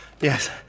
Yes